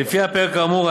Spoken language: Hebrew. לפי הפרק האמור,